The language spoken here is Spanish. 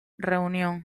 reunión